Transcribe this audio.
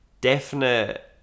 Definite